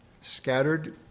scattered